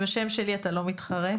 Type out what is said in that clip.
עם השם שלי אתה לא מתחרה.